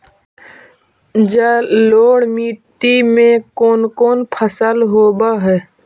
जलोढ़ मट्टी में कोन कोन फसल होब है?